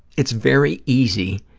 it's very easy,